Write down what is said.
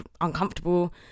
uncomfortable